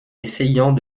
essayant